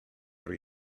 rhy